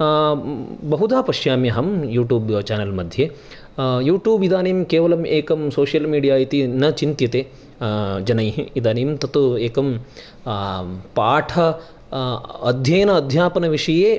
बहुधा पश्यामि अहं यूटूब् चेनल् मध्ये यूटूब् इदानीं केवलं एकं सोशल् मिडिया इति न चिन्त्यते जनैः इदानीं तत्तु एकं पाठ अध्ययन अध्यापनविषये